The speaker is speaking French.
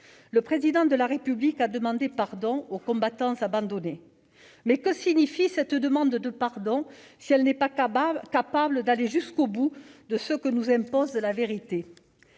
Le Président de la République a demandé pardon aux combattants abandonnés. Mais que signifie cette demande de pardon si l'on n'est pas capable d'aller jusqu'au bout de ce que nous impose la vérité ?